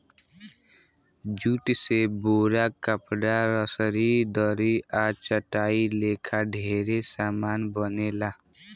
jute से बोरा, कपड़ा, रसरी, दरी आ चटाई लेखा ढेरे समान बनेला